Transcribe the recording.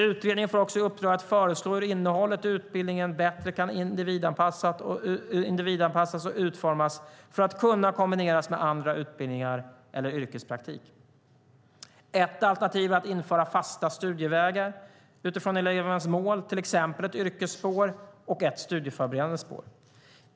Utredningen får också i uppdrag att föreslå hur innehållet i utbildningen bättre kan individanpassas och utformas för att kunna kombineras med andra utbildningar eller yrkespraktik. Ett alternativ är att införa fasta studievägar utifrån elevens mål, till exempel ett yrkesspår och ett studieförberedande spår.